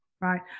Right